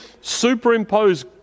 superimpose